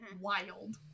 Wild